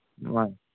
ꯑ